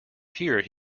here